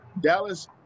Dallas